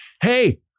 hey